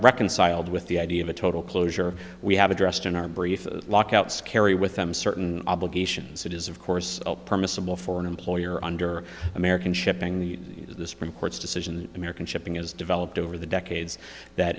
reconciled with the idea of a total closure we have addressed in our brief lockouts carry with them certain obligations that is of course permissible for an employer under american shipping the the supreme court's decision american shipping is developed over the decades that